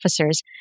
officers